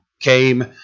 came